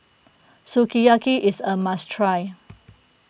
Sukiyaki is a must try